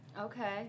okay